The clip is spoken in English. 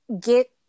get